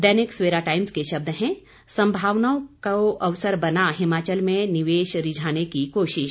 दैनिक Savera Times के शब्द हैं संभावनाओं को अवसर बना हिमाचल में निवेश रिझाने की कोशिश